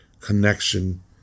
connection